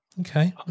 okay